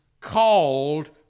called